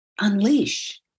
unleash